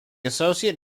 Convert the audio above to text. associate